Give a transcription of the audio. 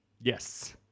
Yes